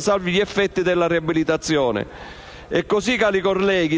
salvi gli effetti della riabilitazione.